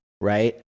right